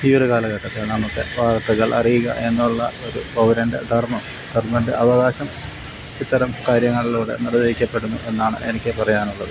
ഈയൊരു കാലഘട്ടത്തില് നമുക്ക് വാര്ത്തകള് അറിയുക എന്നുള്ള ഒരു പൗരന്റെ ധര്മ്മം ധര്മ്മന്റെ അവകാശം ഇത്തരം കാര്യങ്ങളിലൂടെ നിര്വഹിക്കപ്പെടുന്നു എന്നാണ് എനിക്ക് പറയാനുള്ളത്